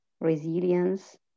resilience